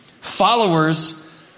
Followers